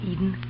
Eden